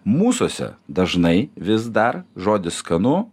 mūsuose dažnai vis dar žodis skanu